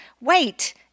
Wait